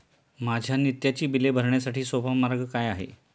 माझी नित्याची बिले भरण्यासाठी सोपा मार्ग काय आहे?